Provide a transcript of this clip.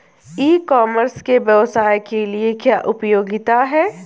ई commerce के व्यवसाय के लिए क्या उपयोगिता है?